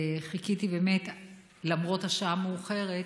חיכיתי למרות השעה המאוחרת.